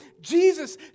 Jesus